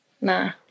nah